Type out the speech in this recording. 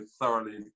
thoroughly